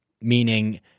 meaning